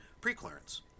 preclearance